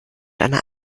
einer